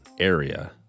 Area